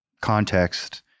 context